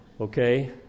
Okay